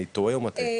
אני טועה או מטעה?